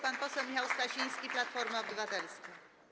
Pan poseł Michał Stasiński, Platforma Obywatelska.